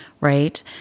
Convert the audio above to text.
right